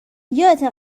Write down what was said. یادته